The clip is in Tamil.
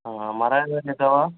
ஆமாம் மரம்